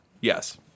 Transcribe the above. Yes